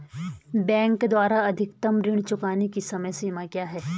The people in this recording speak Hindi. बैंक द्वारा अधिकतम ऋण चुकाने की समय सीमा क्या है?